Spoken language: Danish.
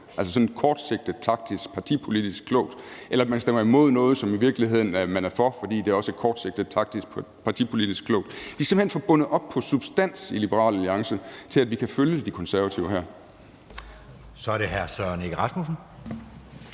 det, fordi det kortsigtet taktisk partipolitisk er klogt, eller at man stemmer imod mod noget, som man i virkeligheden er for, fordi det kortsigtet taktisk partipolitisk er klogt. Vi er simpelt hen for bundet op på substansen i Liberal Alliance til, at vi kan følge De Konservative her. Kl. 14:02 Anden næstformand